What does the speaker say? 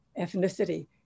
ethnicity